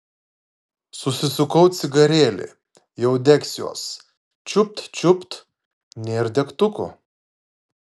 susisukau cigarėlį jau degsiuos čiupt čiupt nėr degtukų